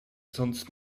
sonst